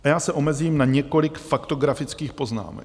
Já se omezím na několik faktografických poznámek.